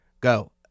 Go